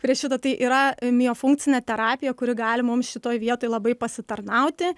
prie šito tai yra miofunkcinė terapija kuri gali mums šitoj vietoj labai pasitarnauti